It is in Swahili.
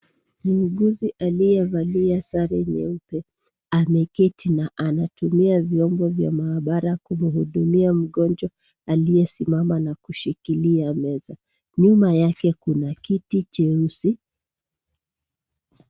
Muuguzi aliyevalia sare nyeupe ameketi na anatumia vyombo vya mahabara kumuhudumia mgonjwa aliyesimama na kushikilia meza. Nyuma yake kuna kiti cheusi.